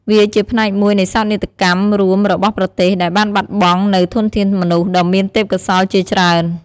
វាជាផ្នែកមួយនៃសោកនាដកម្មរួមរបស់ប្រទេស ដែលបានបាត់បង់នូវធនធានមនុស្សដ៏មានទេពកោសល្យជាច្រើន។